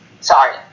Sorry